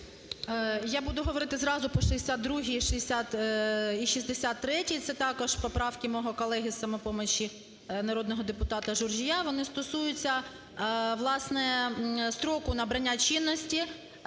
Я буду говорити зразу по 62-й і 63-й, це також поправки мого колеги із "Самопомочі" народного депутата Журжія, вони стосуються, власне, строку набрання чинності.